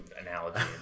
analogy